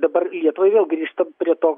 dabar lietuvai vėl grįžtant prie to